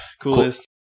Coolest